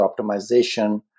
optimization